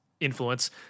influence